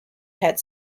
head